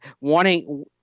wanting